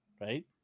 right